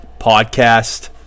podcast